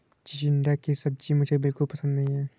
चिचिण्डा की सब्जी मुझे बिल्कुल पसंद नहीं है